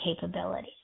capabilities